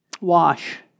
Wash